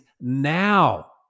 now